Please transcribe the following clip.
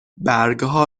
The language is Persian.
برگها